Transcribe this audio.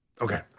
Okay